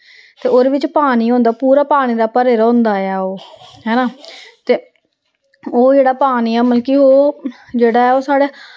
ते ओह्दे बिच्च पानी होंदा पूरा पानी दा भरे दा होंदा ऐ ओह् हैना ते ओह् जेह्ड़ा पानी ऐ मतलब कि ओह् जेह्ड़ा ऐ ओह् साढ़े